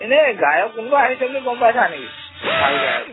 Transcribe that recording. এনেই গায়ক কোনোবা আহিছে বুলি গম পাইছা নেকি ভাল গায়ক